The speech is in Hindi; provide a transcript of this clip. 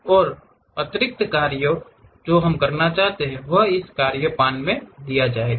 और अतिरिक्त कार्य जो हम करना चाहते हैं वह इस कार्य पान में दिया जाएगा